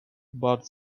bud